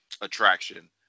attraction